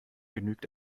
genügt